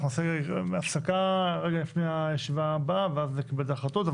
אנחנו נעשה הפסקה רגע לפני הישיבה הבאה ואז נקבל את ההחלטות.